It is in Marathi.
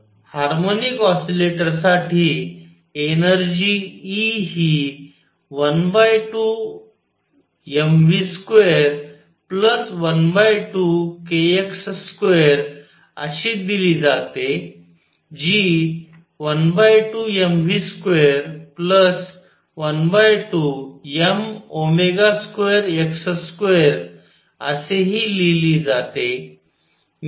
तर हार्मोनिक ऑसीलेटरसाठी एनर्जी E हि 12 mv212kx2 अशी दिली जाते जी 12 mv212m2x2असेही लिहिले जाते